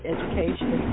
Education